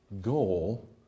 goal